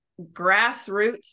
grassroots